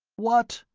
what!